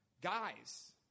Guys